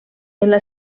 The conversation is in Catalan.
seva